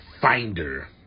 finder